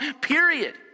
period